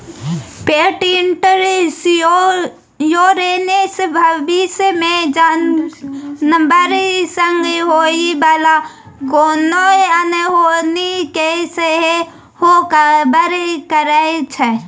पेट इन्स्योरेन्स भबिस मे जानबर संग होइ बला कोनो अनहोनी केँ सेहो कवर करै छै